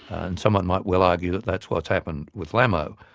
and someone might well argue that that's what's happened with lamo.